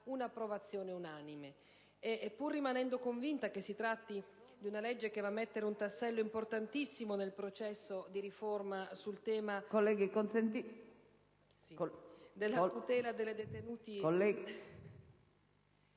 un'approvazione unanime. Essendo convinta che si tratti di una legge che va a mettere un tassello importantissimo nel processo di riforma sul tema della tutela delle detenute